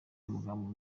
amagambo